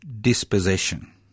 dispossession